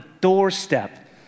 doorstep